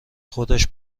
خودش